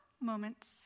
moments